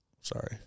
Sorry